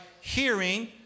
hearing